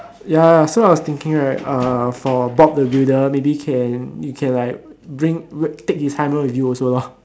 ya so I was thinking right uh for Bob the builder maybe can you can like bring take his hammer with you also loh